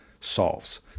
solves